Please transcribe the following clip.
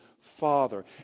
Father